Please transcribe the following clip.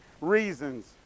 reasons